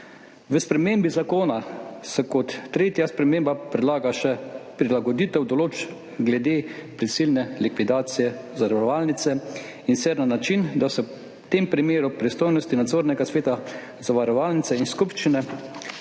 V spremembi zakona se kot tretja sprememba predlaga še prilagoditev določb glede prisilne likvidacije zavarovalnice, in sicer na način, da se v tem primeru pristojnosti nadzornega sveta zavarovalnice in skupščine